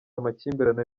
amakimbirane